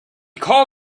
call